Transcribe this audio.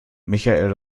michael